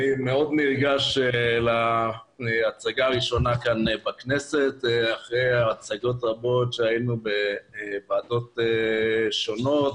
אני מאוד נרגש להצגה ראשונה כאן בכנסת אחרי הצגות רבות בוועדות שונות,